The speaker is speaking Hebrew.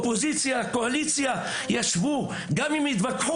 אופוזיציה וקואליציה וגם אם התווכחו